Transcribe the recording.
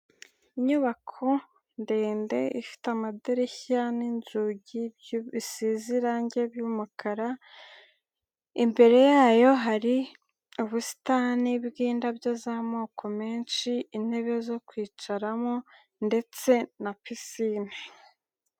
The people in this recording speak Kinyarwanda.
Inyubako ndende ifite amadirishya n'inzugi bisize irangi by'umukara, imbere yayo hari ubusitani bwindabyo z'amoko menshi, intebe zo kwicaramo ndetse na pisine.